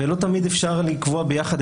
ולא תמיד אפשר לקבוע ביחד.